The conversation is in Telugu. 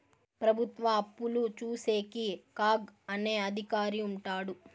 ప్రభుత్వ అప్పులు చూసేకి కాగ్ అనే అధికారి ఉంటాడు